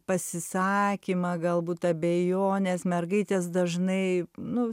pasisakymą galbūt abejones mergaitės dažnai nu